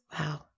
Wow